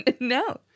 No